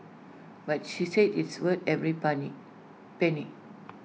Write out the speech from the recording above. but she said it's worth every penny